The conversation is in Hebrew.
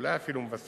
אולי אפילו מבשרת,